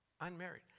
Unmarried